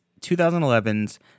2011's